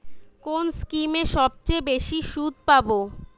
কোন স্কিমে সবচেয়ে বেশি সুদ পাব?